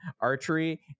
archery